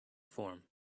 form